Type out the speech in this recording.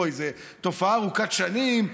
זוהי תופעה ארוכת שנים.